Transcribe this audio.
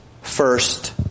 first